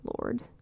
lord